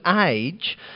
age